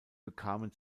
bekamen